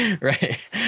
right